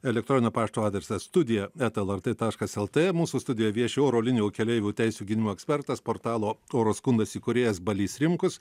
elektroninio pašto adresas studija eta lrt taškas lt mūsų studijoje vieši oro linijų keleivių teisių gynimo ekspertas portalo oro skundas įkūrėjas balys rimkus